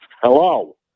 Hello